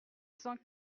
cent